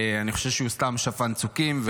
אני חושב שהוא סתם שפן צוקים,